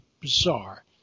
bizarre